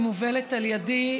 מובלת על ידי,